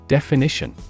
Definition